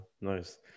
nice